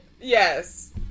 yes